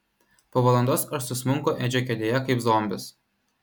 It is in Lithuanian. po valandos aš susmunku edžio kėdėje kaip zombis